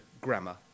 grammar